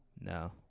no